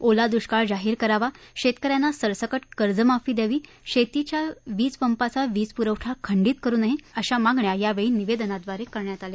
ओला दृष्काळ जाहीर करावा शेतकऱ्यांना सरसकट कर्जमाफी द्यावी शेतीच्या वीज पंपाचा वीज पूरवठा खंडीत करु नये अशा मागण्या यावेळी निवेदनाद्वारे करण्यात आल्या